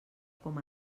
com